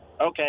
Okay